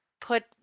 put